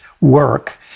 work